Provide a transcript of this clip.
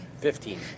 Fifteen